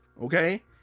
okay